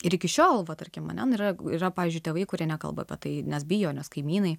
ir iki šiol va tarkim ane yra yra pavyzdžiui tėvai kurie nekalba apie tai nes bijo nes kaimynai